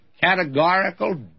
categorical